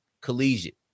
collegiate